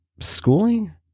schooling